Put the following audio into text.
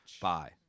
Bye